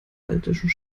baltischen